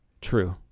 true